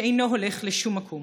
שאינו הולך לשום מקום.